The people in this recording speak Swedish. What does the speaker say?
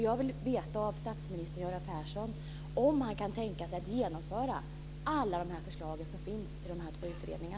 Jag vill fråga statsminister Göran Persson om han kan tänka sig att genomföra alla förslag som finns i dessa två utredningar.